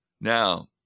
Now